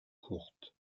courtes